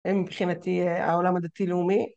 ‫הם מבחינתי העולם הדתי-לאומי.